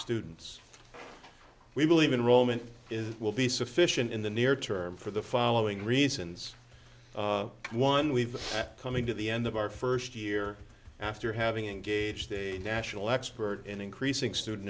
students we believe in roman is will be sufficient in the near term for the following reasons one we've coming to the end of our first year after having engaged a national expert in increasing student